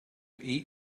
eat